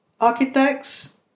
architects